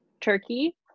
turkey